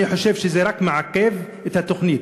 אני חושב שזה רק מעכב את התוכנית.